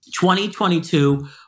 2022